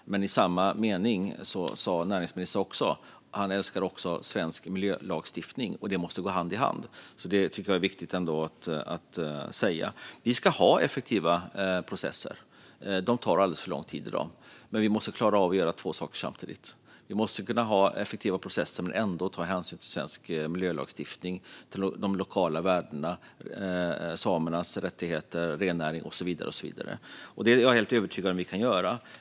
Men i samma mening sa näringsministern att han också älskar svensk miljölagstiftning och att det måste gå hand i hand. Det tycker jag är viktigt att säga. Vi ska ha effektiva processer. De tar alldeles för lång tid i dag. Men vi måste klara av att göra två saker samtidigt. Vi måste kunna ha effektiva processer men ändå ta hänsyn till svensk miljölagstiftning och de lokala värdena, samernas rättigheter, rennäring och så vidare. Det är jag helt övertygad om att vi kan göra.